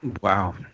Wow